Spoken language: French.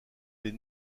des